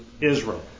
Israel